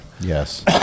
Yes